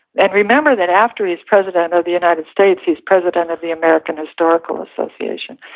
and remember that after he was president of the united states, he was president of the american historical association,